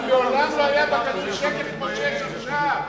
מעולם לא היה בגליל שקט כמו שיש עכשיו.